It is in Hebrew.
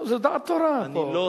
לא, זו דעת תורה פה.